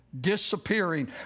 Disappearing